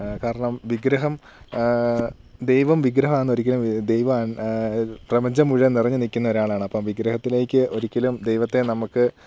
കാരണം വിഗ്രഹം ദൈവം വിഗ്രഹാന്നൊരിക്കലും ദൈവം പ്രപഞ്ചം മുഴുവൻ നിറഞ്ഞ് നിൽക്കുന്ന ഒരാളാണ് അപ്പം വിഗ്രഹത്തിലേക്ക് ഒരിക്കലും ദൈവത്തെ നമുക്ക്